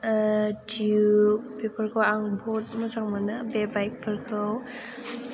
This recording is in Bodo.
दिउक बेफोरखौ आं बुहुद मोजां मोनो बे बाइकफोरखौ